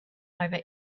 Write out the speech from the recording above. over